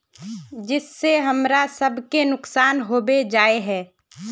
जिस से हमरा सब के नुकसान होबे जाय है?